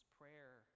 prayer